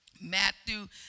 Matthew